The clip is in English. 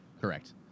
correct